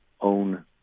own